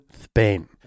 Spain